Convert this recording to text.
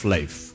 Life